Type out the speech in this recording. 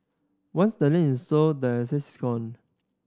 once the land is sold the assets